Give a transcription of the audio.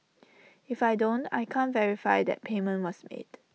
if I don't I can't verify that payment was made